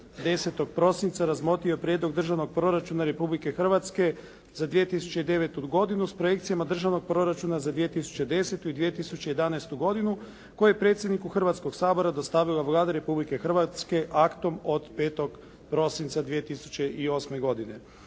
10. prosinca razmotrio je Prijedlog Državnog proračuna Republike Hrvatske za 2009. godinu s projekcijama Državnog proračuna za 200. i 2011. godinu koji je predsjedniku Hrvatskoga sabora dostavila Vlada Republike Hrvatske aktom od 5. prosinca 2008. godine.